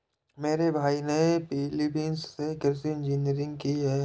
मेरे भाई ने फिलीपींस से कृषि इंजीनियरिंग की है